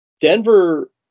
Denver